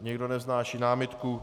Nikdo nevznáší námitku.